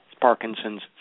Parkinson's